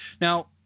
Now